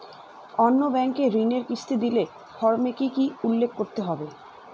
অন্য ব্যাঙ্কে ঋণের কিস্তি দিলে ফর্মে কি কী উল্লেখ করতে হবে?